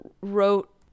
wrote